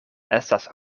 estas